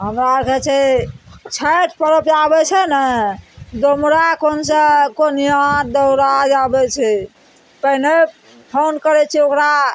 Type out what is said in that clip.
हमरा आरके छै छैठ पर्व जे आबय छै ने डोमरा कोनसँ कोनियाँ दौड़ा आबय छै पहिने फोन करय छियै ओकरा